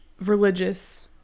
religious